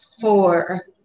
four